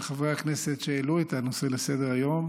וחברי הכנסת שהעלו את הנושא לסדר-היום